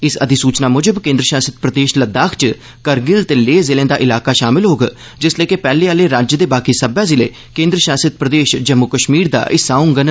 इस अधिसूचना मुजब केन्द्र शासित प्रदेश लद्दाख च करगिल ते लेह जिलें दा ईलाका शामल होग जिसलै कि पैहले आह्ले राज्य दे बाकी सब्बै जिले केन्द्र शासित प्रदेश जम्मू कश्मीर दा हिस्सा होंडन